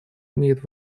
имеет